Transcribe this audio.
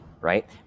right